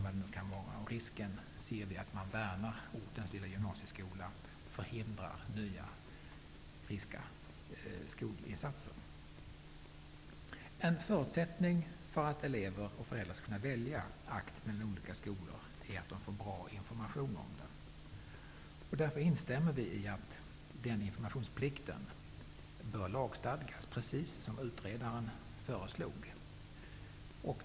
Här ser vi en risk för att man värnar ortens lilla gymnasieskola och förhindrar nya, friska skolinsatser. En förutsättning för att elever och föräldrar skall kunna välja aktivt mellan olika skolor är att de får bra information. Därför instämmer vi i att denna informationsplikt bör lagstadgas, precis som utredaren föreslog.